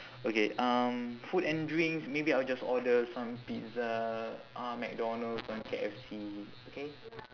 okay um food and drinks maybe I'll just order some pizza uh mcdonald's some K_F_C okay